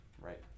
right